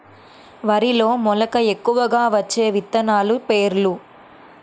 వరిలో మెలక ఎక్కువగా వచ్చే విత్తనాలు పేర్లు?